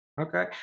Okay